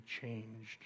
changed